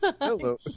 Hello